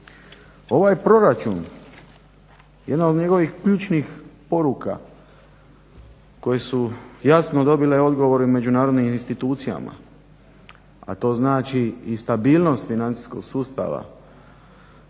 Ovaj proračun, jedna od njegovih ključnih poruka koji su jasno dobile odgovor i u međunarodnim institucijama, a to znači i stabilnost financijskog sustava,